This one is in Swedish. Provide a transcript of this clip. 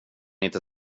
inte